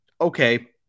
okay